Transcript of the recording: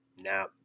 now